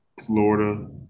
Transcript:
Florida